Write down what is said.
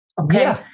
Okay